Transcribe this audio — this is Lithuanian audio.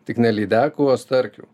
tik ne lydekų o starkių